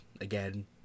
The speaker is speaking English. again